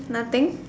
nothing